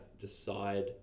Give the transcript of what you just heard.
Decide